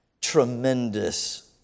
tremendous